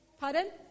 Pardon